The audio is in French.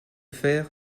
faire